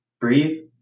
breathe